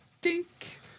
Dink